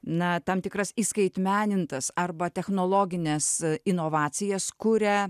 na tam tikras įskaitmenintas arba technologines inovacijas kuria